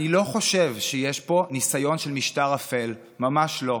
אני לא חושב שיש פה ניסיון של משטר אפל, ממש לא.